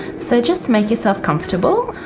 so just make yourself comfortable,